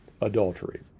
adultery